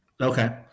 Okay